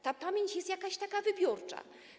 Ta pamięć jest jakaś taka wybiórcza.